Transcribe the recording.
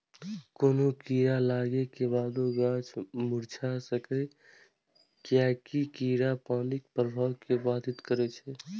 कोनो कीड़ा लागै के बादो गाछ मुरझा सकैए, कियैकि कीड़ा पानिक प्रवाह कें बाधित करै छै